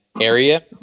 area